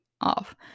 off